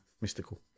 mystical